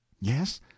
Yes